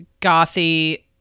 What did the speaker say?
gothy